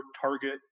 target